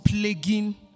plaguing